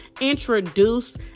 Introduce